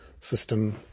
system